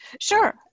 sure